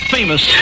Famous